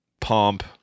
pomp